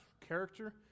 character